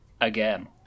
Again